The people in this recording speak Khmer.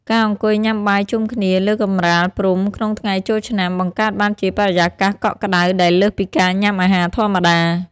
ការអង្គុយញ៉ាំបាយជុំគ្នាលើកម្រាលព្រំក្នុងថ្ងៃចូលឆ្នាំ បង្កើតបានជាបរិយាកាសកក់ក្ដៅដែលលើសពីការញ៉ាំអាហារធម្មតា។